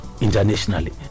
internationally